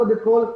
קודם כול,